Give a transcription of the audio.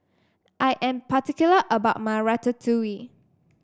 I am particular about my Ratatouille